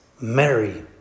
Mary